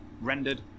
Rendered